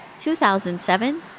2007